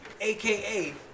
AKA